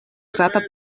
uzata